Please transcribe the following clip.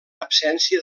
absència